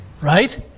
Right